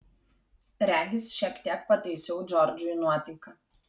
regis šiek tiek pataisiau džordžui nuotaiką